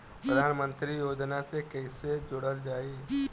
प्रधानमंत्री योजना से कैसे जुड़ल जाइ?